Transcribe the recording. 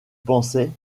pensait